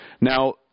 Now